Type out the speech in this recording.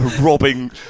robbing